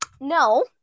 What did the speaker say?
no